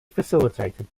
facilitated